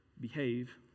behave